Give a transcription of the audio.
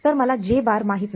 तर मला माहित नाही